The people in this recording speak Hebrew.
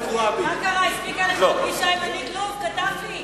מה קרה, הספיקה לך הפגישה עם שליט לוב, קדאפי?